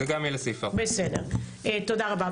זה גם יהיה לסעיף 4. תודה רבה,